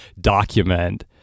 document